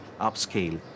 upscale